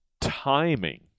Timing